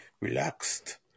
Relaxed